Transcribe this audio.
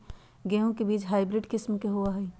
गेंहू के बीज हाइब्रिड किस्म के होई छई?